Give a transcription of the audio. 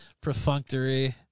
perfunctory